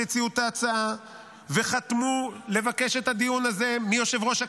שהציעו את ההצעה וחתמו לבקש את הדיון הזה מיושב-ראש הכנסת,